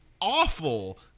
awful